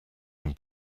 own